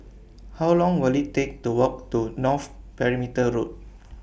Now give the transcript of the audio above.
How Long Will IT Take to Walk to North Perimeter Road